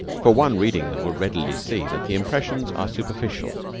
for one reading them will readily see that the impressions are superficial,